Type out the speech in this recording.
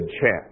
chance